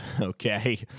okay